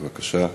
בבקשה.